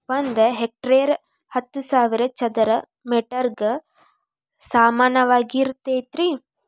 ಒಂದ ಹೆಕ್ಟೇರ್ ಹತ್ತು ಸಾವಿರ ಚದರ ಮೇಟರ್ ಗ ಸಮಾನವಾಗಿರತೈತ್ರಿ